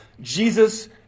Jesus